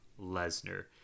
Lesnar